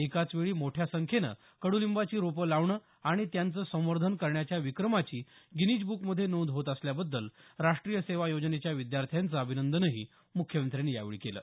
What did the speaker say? एकाच वेळी मोठ्या संख्येनं कडूलिंबाची रोपं लावणं आणि त्यांचं संवर्धन करण्याच्या विक्रमाची गिनिज बुकमध्ये नोंद होत असल्याबद्दल राष्ट्रीय सेवा योजनेच्या विद्यार्थ्यांचं अभिनंदनही मुख्यमंत्र्यांनी केलं